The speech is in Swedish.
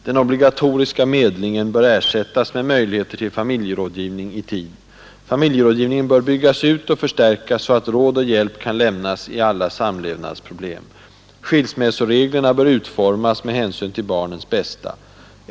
Den obligatoriska medlingen bör ersättas med möjligheter till familjerådgivning i tid. Familjerådgivningen bör byggas ut och förstärkas så att råd och hjälp kan lämnas i alla samlevnadsproblem. Skilsmässoreglerna bör utformas med hänsyn till barnens bästa.